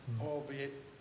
albeit